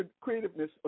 creativeness